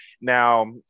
now